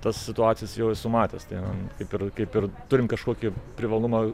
tas situacijas jau esu matęs ten kaip ir kaip ir turim kažkokį privalumą